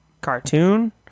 cartoon